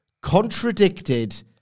contradicted